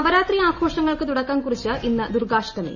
നവരാത്രി ആഘോഷങ്ങൾക്ക് തുടക്കം ന് കുറിച്ച് ഇന്ന് ദുർഗ്ഗാഷ്ടമി